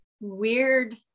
weird